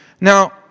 Now